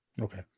okay